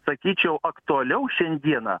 sakyčiau aktualiau šiandieną